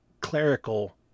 clerical